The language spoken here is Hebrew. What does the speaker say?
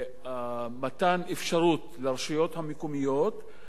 אפשרות לרשויות המקומיות לתת הנחה